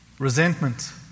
Resentment